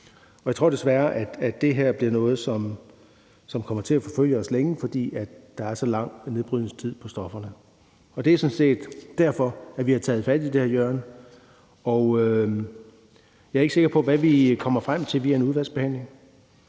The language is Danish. og jeg tror desværre, at det her bliver noget, som kommer til at forfølge os længe, fordi der er så lang en nedbrydningstid for stofferne. Og det er sådan set derfor, at vi har taget fat i det her hjørne, og jeg er ikke sikker på, hvad vi kommer frem til via en udvalgsbehandling,